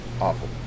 awful